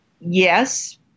yes